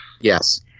Yes